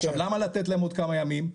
למה לתת להם עוד כמה ימים?